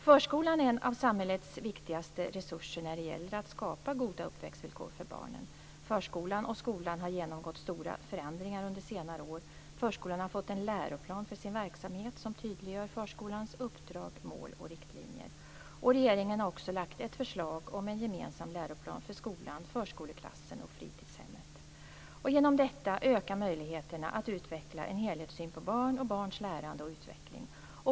Förskolan är en av samhällets viktigaste resurser när det gäller att skapa goda uppväxtvillkor för barnen. Förskolan och skolan har genomgått stora förändringar under senare år. Förskolan har fått en läroplan för sin verksamhet som tydliggör förskolans uppdrag, mål och riktlinjer. Regeringen har också lagt fram ett förslag om en gemensam läroplan för skolan, förskoleklassen och fritidshemmet. Genom detta ökar möjligheterna att utveckla en helhetssyn på barn och barns lärande och utveckling.